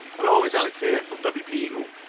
hello, it's alex here from wpeagle.